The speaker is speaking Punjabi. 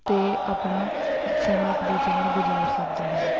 ਅਤੇ ਆਪਣਾ ਸਮਾਂ ਇੱਕ ਦੂਜੇ ਨਾਲ ਗੁਜ਼ਾਰ ਸਕਦੇ ਹਨ